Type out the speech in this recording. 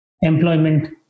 employment